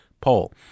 poll